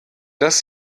dass